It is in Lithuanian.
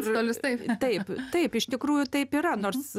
žurnalistai taip taip iš tikrųjų taip yra nors